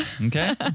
okay